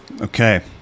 Okay